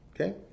Okay